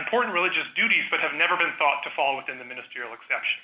important religious duties but have never been thought to fall within the ministerial exception